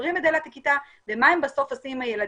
סוגרים את דלת הכיתה ומה הם עושים עם הילדים.